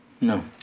No